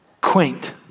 quaint